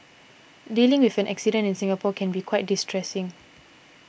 dealing with an accident in Singapore can be quite distressing